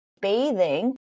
bathing